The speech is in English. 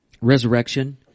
resurrection